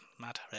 mad